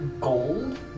Gold